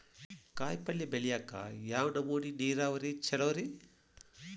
ಕಾಯಿಪಲ್ಯ ಬೆಳಿಯಾಕ ಯಾವ್ ನಮೂನಿ ನೇರಾವರಿ ಛಲೋ ರಿ?